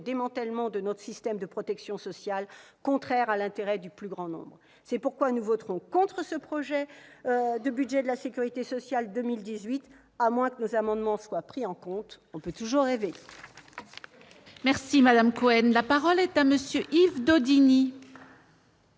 démantèlement de notre système de protection sociale, contraire à l'intérêt du plus grand nombre. C'est pourquoi nous voterons contre ce projet de loi de financement de la sécurité sociale pour 2018, à moins que nos amendements soient pris en compte. On peut toujours rêver